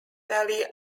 valley